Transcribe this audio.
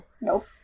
Nope